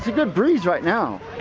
good breeze right now.